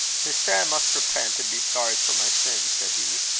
they say i must repent and be sorry for my sins, said he.